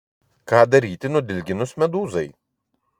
ką daryti nudilginus medūzai